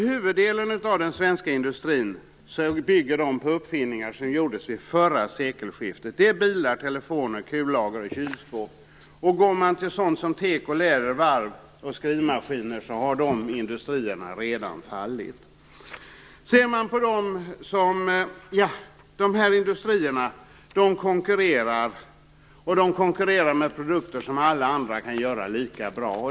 Huvuddelen av den svenska industrin bygger på uppfinningar som gjordes kring förra sekelskiftet. Det rör sig om bilar, telefoner, kullager och kylskåp. Tekoindustrin, varven och tillverkningen av skrivmaskiner har redan fallit. Dessa industrier konkurrerar med produkter som alla andra kan göra lika bra.